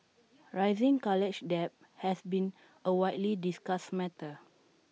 rising college debt has been A widely discussed matter